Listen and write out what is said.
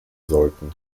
sollten